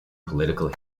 political